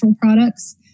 products